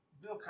Bill